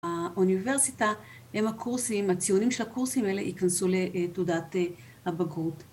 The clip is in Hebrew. ‫האוניברסיטה, הציונים של הקורסים ‫האלה ייכנסו לתעודת הבגרות.